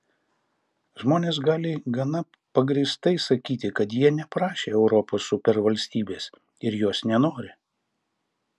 žmonės gali gana pagrįstai sakyti kad jie neprašė europos supervalstybės ir jos nenori